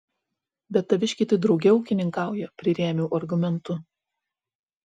bet taviškiai tai drauge ūkininkauja prirėmiau argumentu